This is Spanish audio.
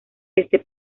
este